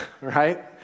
right